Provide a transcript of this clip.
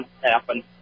happen